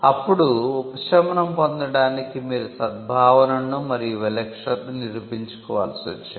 అప్పుడు ఉపశమనం పొందటానికి మీరు 'సద్భావనను' మరియు 'విలక్షణతను' నిరూపించుకోవలసి వచ్చేది